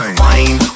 wine